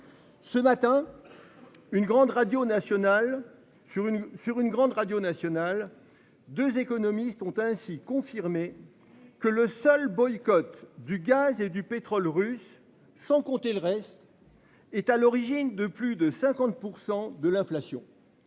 sur une, sur une grande radio nationale 2 économistes ont ainsi confirmé que le seul boycott du gaz et du pétrole russe. Sans compter le reste. Est à l'origine de plus de 50% de l'inflation.--